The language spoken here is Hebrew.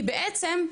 כי בעצם,